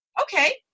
Okay